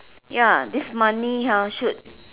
ya this money ah should